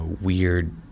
weird